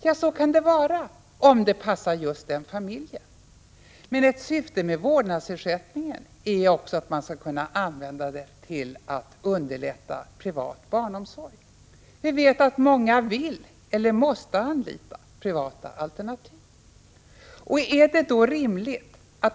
Ja, så kan det vara, om det passar just den familjen. Ett annat syfte med vårdnadsersättningen är att den skall kunna användas för att underlätta privat barnomsorg. Vi vet att många vill eller måste anlita privata alternativ.